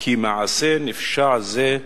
כי מעשה נפשע זה,